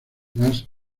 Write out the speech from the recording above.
más